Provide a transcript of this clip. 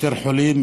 יותר חולים,